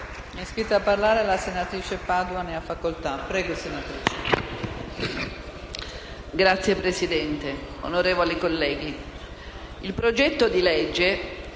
Signora Presidente, onorevoli colleghi, il progetto di legge